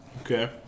Okay